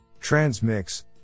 Transmix